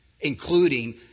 Including